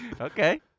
Okay